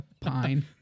pine